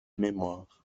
mémoire